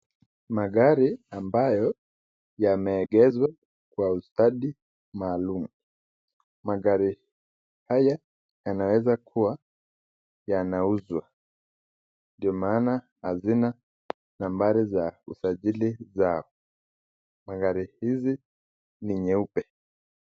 Magari ambayo yameegezwa kwa ustadi maalum. Magari haya yanaweza kua yanauzwa na ndio maana hayana namba za usajili. Magari hizi ni nyeupe.